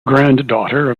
granddaughter